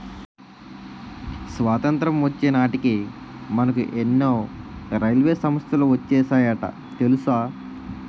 స్వతంత్రం వచ్చే నాటికే మనకు ఎన్నో రైల్వే సంస్థలు వచ్చేసాయట తెలుసా